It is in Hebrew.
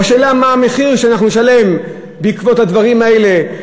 והשאלה מה המחיר שאנחנו נשלם בעקבות הדברים האלה,